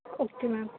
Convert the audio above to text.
okay ma'am